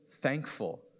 thankful